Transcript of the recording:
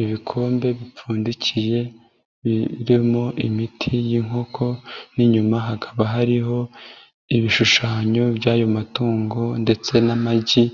Ibikombe bipfundikiye birimo imiti y'inkoko n'inyuma hakaba hariho ibishushanyo by'ayo matungo ndetse n'amagi,